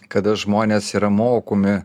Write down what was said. kada žmonės yra mokomi